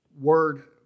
word